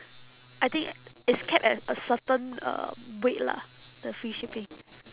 I think it's capped at a certain um weight lah the free shipping